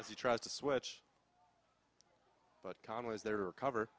as he tries to switch but conley is there to recover